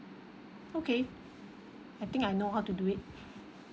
okay I think I know how to do it